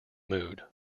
mood